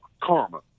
karma